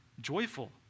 joyful